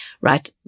right